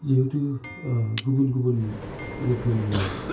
जिहेथु गुबुन गुबुन रोखोमनि